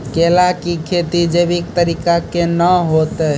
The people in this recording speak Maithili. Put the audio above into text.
केला की खेती जैविक तरीका के ना होते?